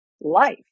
life